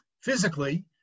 physically